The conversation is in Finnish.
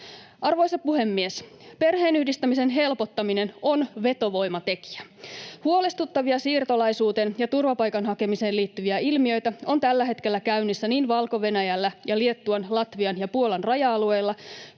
Arvoisa puhemies! Perheenyhdistämisen helpottaminen on vetovoimatekijä. Huolestuttavia siirtolaisuuteen ja turvapaikan hakemiseen liittyviä ilmiöitä on tällä hetkellä käynnissä niin Valko-Venäjällä ja Liettuan, Latvian ja Puolan raja-alueilla